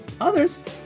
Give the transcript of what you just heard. others